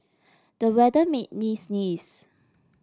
the weather made me sneeze